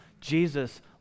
Jesus